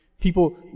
People